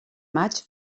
maig